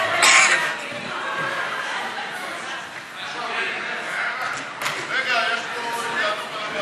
ההצעה להעביר את הצעת חוק הביטוח הלאומי (תיקון,